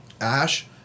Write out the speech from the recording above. Ash